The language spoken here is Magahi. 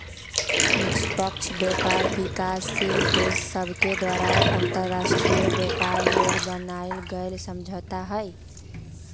निष्पक्ष व्यापार विकासशील देश सभके द्वारा अंतर्राष्ट्रीय व्यापार लेल बनायल गेल समझौता हइ